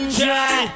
try